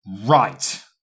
Right